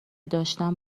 داشتم